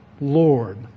Lord